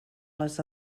les